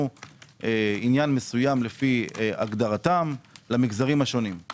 עניין מסוים לפי הגדרתם למגזרים השונים.